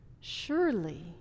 Surely